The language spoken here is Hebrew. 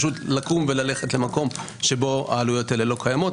זה פשוט לקום וללכת למקום שבו העלויות האלה לא קיימות,